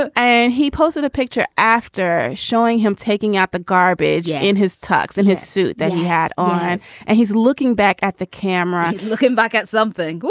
ah and he posted a picture after showing him taking out the garbage in his tux and his suit the hat on and he's looking back at the camera, looking back at something.